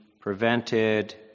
prevented